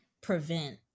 prevent